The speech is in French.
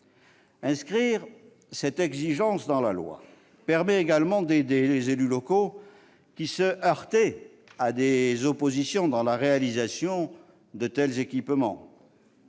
Inscrire cette exigence dans la loi permet également d'aider les élus locaux qui se heurteraient à des oppositions à la réalisation de tels équipements.